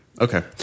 Okay